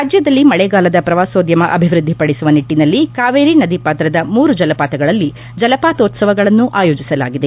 ರಾಜ್ಯದಲ್ಲಿ ಮಳೆಗಾಲದ ಪ್ರವಾಸೋದ್ಯಮ ಅಭಿವ್ವದ್ಲಿಪಡಿಸುವ ನಿಟ್ಟಿನಲ್ಲಿ ಕಾವೇರಿ ನದಿ ಪಾತ್ರದ ಮೂರು ಜಲಪಾತಗಳಲ್ಲಿ ಜಲಪಾತೋತ್ವವಗಳನ್ನು ಆಯೋಜಿಸಲಾಗಿದೆ